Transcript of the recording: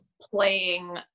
playing